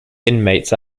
inmates